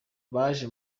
baje